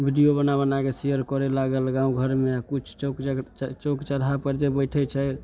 video बना बनाके share करै लागल गामघरमे आओर किछु चौक चौक चौराहापर जे बैठे छै